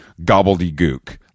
gobbledygook